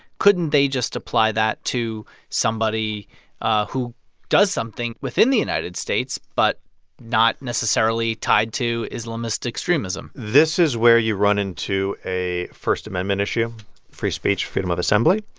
couldn't they just apply that to somebody who does something within the united states but not necessarily tied to islamist extremism? this is where you run into a first amendment issue free speech, freedom of assembly.